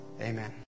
Amen